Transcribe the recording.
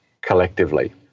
collectively